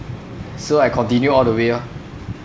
so I continued all the way ah